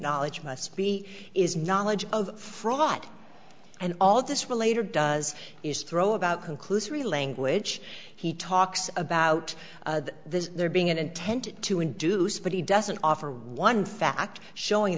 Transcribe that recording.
knowledge must be is knowledge of fraud and all this related does is throw about conclusory language he talks about this there being an intent to induce but he doesn't offer one fact showing